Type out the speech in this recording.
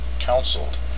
counseled